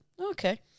Okay